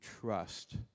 trust